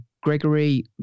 Gregory